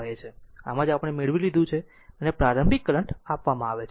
આમ જ આપણે મેળવી લીધું છે અને પ્રારંભિક કરંટ આપવામાં આવે છે